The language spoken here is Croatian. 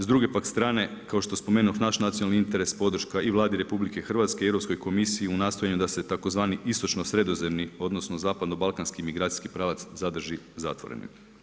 S druge pak strane kao što je spomenuo naš nacionalni interes podrška i Vladi RH i Europskoj komisiji u nastojanju da se tzv. istočno sredozemni, odnosno zapadno balkanski migracijski pravac zadrži u zatvorenom.